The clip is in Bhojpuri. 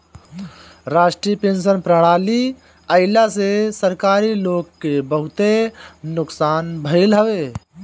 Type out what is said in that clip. राष्ट्रीय पेंशन प्रणाली आईला से सरकारी लोग के बहुते नुकसान भईल हवे